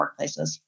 workplaces